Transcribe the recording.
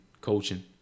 coaching